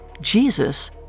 Jesus